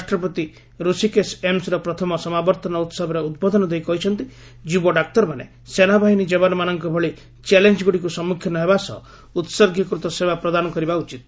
ରାଷ୍ଟ୍ରପତି ରଷିକେଷ ଏମ୍ସ୍ର ପ୍ରଥମ ସମାବର୍ତ୍ତନ ଉତ୍ସବରେ ଉଦ୍ବୋଧନ ଦେଇ କହିଛନ୍ତି ଯୁବ ଡାକ୍ତରମାନେ ସେନାବାହିନୀ ଯବାନମାନଙ୍କ ଭଳି ଚ୍ୟାଲେଞ୍ଗୁଡ଼ିକୁ ସମ୍ମୁଖୀନ ହେବା ସହ ଉତ୍ଗୀକୃତ ସେବା ପ୍ରଦାନ କରିବା ଉଚିତ